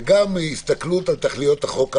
וגם מהסתכלות על תכליות החוק האחרות.